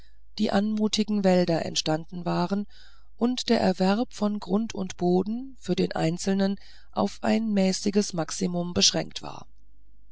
die anmutigen wälder entstanden waren und der erwerb von grund und boden für den einzelnen auf ein mäßiges maximum beschränkt war